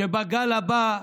שבגל הבא,